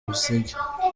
busingye